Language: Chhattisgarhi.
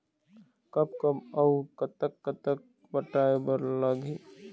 कब कब अऊ कतक कतक पटाए बर लगही